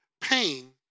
pain